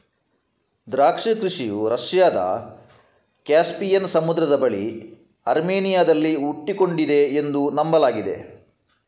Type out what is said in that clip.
ದ್ರಾಕ್ಷಿ ಕೃಷಿಯು ರಷ್ಯಾದ ಕ್ಯಾಸ್ಪಿಯನ್ ಸಮುದ್ರದ ಬಳಿ ಅರ್ಮೇನಿಯಾದಲ್ಲಿ ಹುಟ್ಟಿಕೊಂಡಿದೆ ಎಂದು ನಂಬಲಾಗಿದೆ